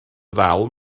ddal